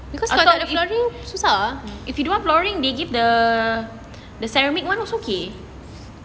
if you don't want flooring they give the the ceramic [one] also okay